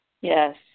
Yes